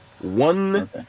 one